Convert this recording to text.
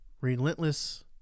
relentless